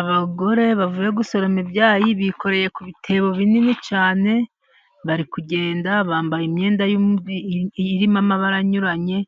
Abagore bavuye gusoroma ibyayi bikoreye ku bitebo binini cyane. Bari kugenda bambaye imyenda irimo amabara anyuranye,